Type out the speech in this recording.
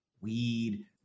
Weed